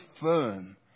firm